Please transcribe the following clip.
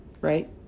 right